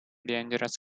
dangerous